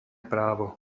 právo